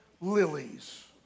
lilies